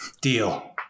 Deal